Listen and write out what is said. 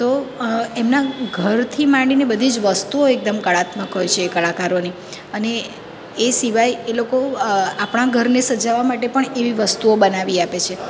તો એમના ઘરથી માંડીને બધી જ વસ્તુઓ એકદમ કળાત્મક હોય છે એ કળાકારોની અને એ સિવાય એ લોકો આપણા ઘરને સજાવવા માટે પણ એવી વસ્તુઓ બનાવી આપે છે